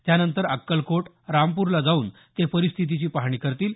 त्यानंतर अक्कलकोट रामपूरला जाऊन ते परिस्थितीची पाहणी करतील